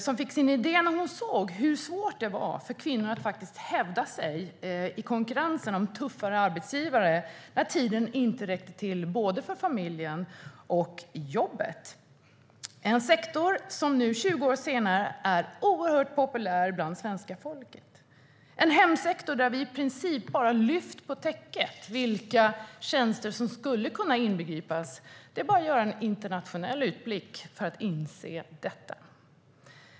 Hon fick sin idé när hon såg hur svårt det var för kvinnor att hävda sig i konkurrensen bland tuffare arbetsgivare när tiden inte räckte till för både familjen och jobbet. Det här är en sektor som nu, 20 år senare, är oerhört populär bland svenska folket, en hemsektor där vi i princip bara lyft på täcket för vilka tjänster som skulle kunna inbegripas. Det är bara att göra en internationell utblick för att inse detta.